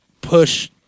push